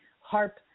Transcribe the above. harp